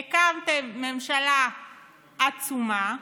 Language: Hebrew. הקמתם ממשלה עצומה,